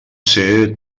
ser